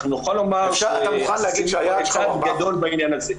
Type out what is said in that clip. נוכל לומר שעשינו צעד גדול בעניין הזה.